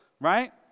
right